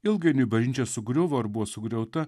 ilgainiui bažnyčia sugriuvo ar buvo sugriauta